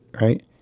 right